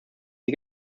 sie